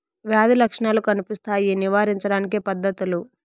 వ్యాధి లక్షణాలు కనిపిస్తాయి నివారించడానికి పద్ధతులు?